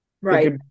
right